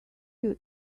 you